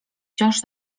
wciąż